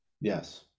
Yes